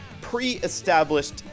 pre-established